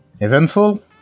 Eventful